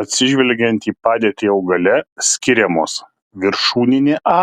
atsižvelgiant į padėtį augale skiriamos viršūninė a